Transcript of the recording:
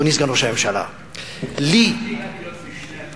אדוני סגן ראש הממשלה הפכתי להיות משנה,